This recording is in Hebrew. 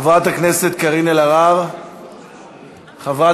חברת הכנסת קארין אלהרר, מוותרת,